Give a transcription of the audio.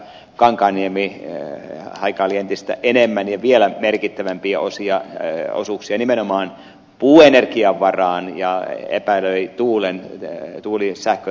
kankaanniemi haikaili entistä suurempia ja vielä merkittävämpiä osuuksia nimenomaan puuenergian varaan ja epäröi tuulisähkön tarkoituksenmukaisuutta